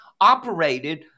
operated